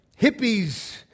Hippies